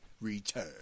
return